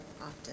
often